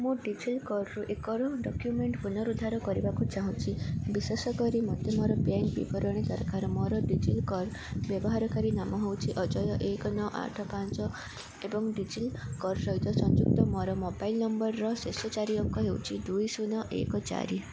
ମୁଁ ଡିଜିଲକର୍ରୁ ଏକ ଡକ୍ୟୁମେଣ୍ଟ୍ ପୁନରୁଦ୍ଧାର କରିବାକୁ ଚାହୁଁଛି ବିଶେଷ କରି ମୋତେ ମୋର ବ୍ୟାଙ୍କ୍ ବିବରଣୀ ଦରକାର ମୋର ଡିଜିଲକର୍ ବ୍ୟବହାରକାରୀ ନାମ ହେଉଛି ଅଜୟ ଏକ ନଅ ଆଠ ପାଞ୍ଚ ଏବଂ ଡିଜିଲକର୍ ସହିତ ସଂଯୁକ୍ତ ମୋର ମୋବାଇଲ୍ ନମ୍ବର୍ର ଶେଷ ଚାରି ଅଙ୍କ ହେଉଛି ଦୁଇ ଶୂନ ଏକ ଚାରି